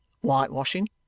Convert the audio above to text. Whitewashing